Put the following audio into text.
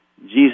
Jesus